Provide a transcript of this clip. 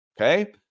Okay